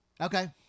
Okay